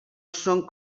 són